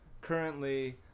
currently